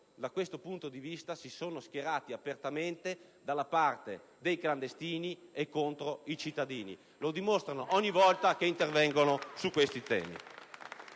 da questo punto di vista si sono schierati apertamente dalla parte dei clandestini e contro i cittadini. Lo dimostrano ogni volta che intervengono su questi temi.